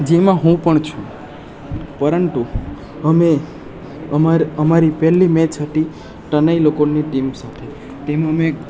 જેમાં હું પણ છું પરંતુ અમે અમાર અમારી પહેલી મેચ હતી તનય લોકોની ટીમ સાથે તેમનું એક